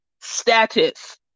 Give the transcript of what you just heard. status